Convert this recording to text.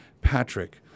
Patrick